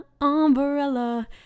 umbrella